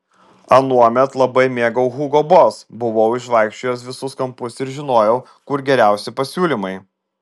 anuomet labai mėgau hugo boss buvau išvaikščiojęs visus kampus ir žinojau kur geriausi pasiūlymai